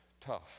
tough